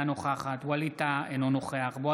אינה נוכחת ווליד טאהא,